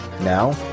Now